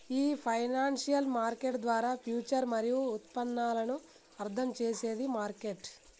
ఈ financial market ద్వారా future మరియు ఉత్పన్నాలను అర్థం చేసేది మార్కెట్